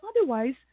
otherwise